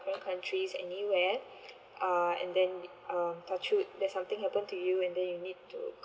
african countries anywhere uh and then um there's something happen to you in then you need to